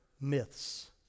myths